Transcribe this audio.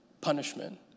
punishment